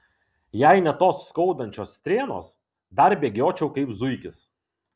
jei ne tos skaudančios strėnos dar bėgiočiau kaip zuikis